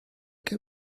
que